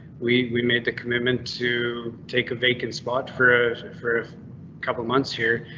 we we made the commitment to take a vacant spot for ah for couple months here,